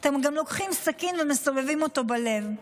אתם גם לוקחים סכין ומסובבים אותו בלב.